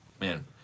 man